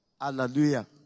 Hallelujah